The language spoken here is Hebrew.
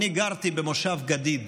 אני גרתי במושב גדיד